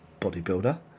Bodybuilder